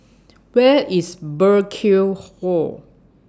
Where IS Burkill Hall